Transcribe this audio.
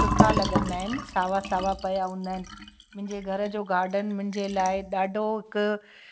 सुठा लॻंदा आहिनि सावा सावा पया हुंदा आहिनि मुंहिंजे घर जो गार्डन जे लाइ ॾाढो हिकु